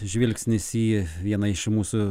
žvilgsnis į vieną iš mūsų